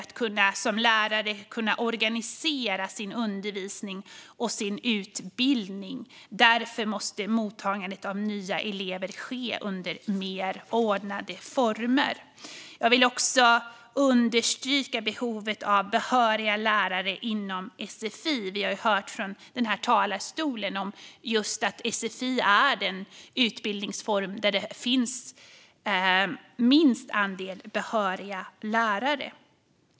Som lärare måste man kunna organisera sin undervisning och sin utbildning. Därför måste mottagandet av nya elever ske under mer ordnade former. Jag vill också understryka behovet av behöriga lärare inom sfi. Vi har hört från den här talarstolen att just sfi är en utbildningsform där det finns minst andel behöriga lärare.